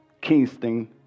Kingston